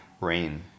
rain